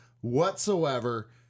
whatsoever